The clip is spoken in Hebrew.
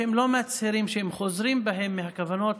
שהם לא מצהירים שהם חוזרים בהם מהכוונות